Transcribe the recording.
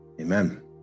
Amen